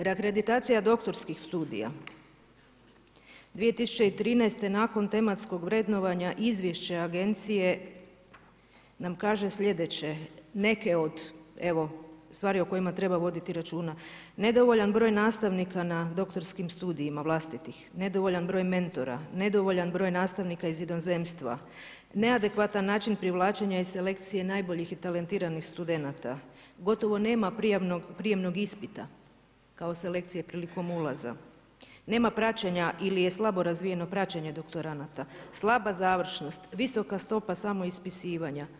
Reakreditacija doktorskih studija, 2013. nakon tematskog vrednovanja izvješće agencije nam kaže slijedeće, neke od stvari o kojima treba voditi računa, nedovoljan broj nastavnika na doktorskim studijima vlastitih, nedovoljan broj mentora, nedovoljan broj nastavnika iz inozemstva, neadekvatan način privlačenja i selekcije najboljih i talentiranih studenata, gotovo nema prijemnog ispita kao selekcije prilikom ulaza, nema praćenja ili je slabo razvijeno praćenje doktoranata, slaba završnost, visoka stopa samoispisivanja.